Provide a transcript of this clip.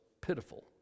pitiful